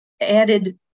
added